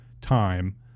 time